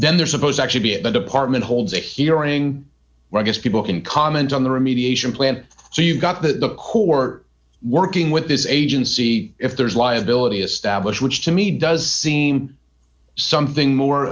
then they're supposed actually be at the department holds a hearing where i guess people can comment on the remediation plan so you've got the who are working with this agency if there's liability established which to me does seem something more